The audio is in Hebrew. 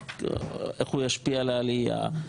איך הוא ישפיע על העלייה,